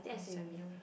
by S_M_U